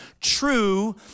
true